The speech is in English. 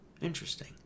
interesting